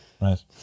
Right